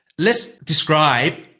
let's describe,